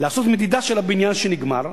לעשות מדידה של הבניין שנגמר,